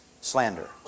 slander